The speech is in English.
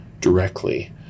directly